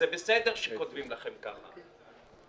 "בסדר שכותבים לכם כך".